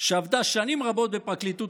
שעבדה שנים רבות בפרקליטות,